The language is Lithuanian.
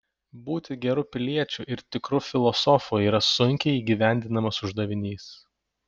būti geru piliečiu ir tikru filosofu yra sunkiai įgyvendinamas uždavinys